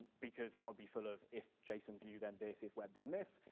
because that would be full of, if json view then this, if web then this,